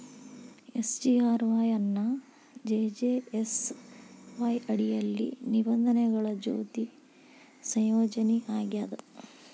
SGRY ಎನ್ನಾ JGSY ಅಡಿಯಲ್ಲಿ ನಿಬಂಧನೆಗಳ ಜೊತಿ ಸಂಯೋಜನಿ ಆಗ್ಯಾದ